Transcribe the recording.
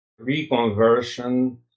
reconversion